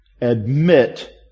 admit